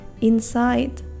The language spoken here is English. inside